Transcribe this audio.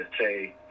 say